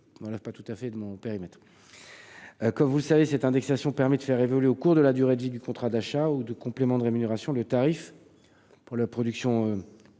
ne relève pas tout à fait de mon périmètre. Cette indexation permet de faire évoluer, au cours de la durée de vie du contrat d'achat ou de complément de rémunération, le tarif pour l'électricité